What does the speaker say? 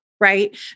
right